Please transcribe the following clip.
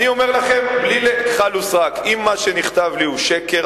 אני אומר לכם: אם מה שנכתב לי הוא שקר,